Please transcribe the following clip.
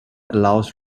allows